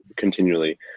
Continually